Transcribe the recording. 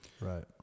Right